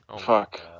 Fuck